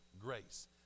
grace